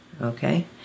Okay